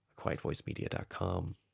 quietvoicemedia.com